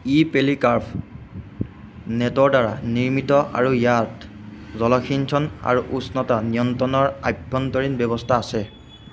ই পেলিকাৰ্ভ'নেটৰ দ্বাৰা নিৰ্মিত আৰু ইয়াত জলসিঞ্চন আৰু উষ্ণতা নিয়ন্ত্ৰণৰ আভ্যন্তৰীণ ব্যৱস্থা আছে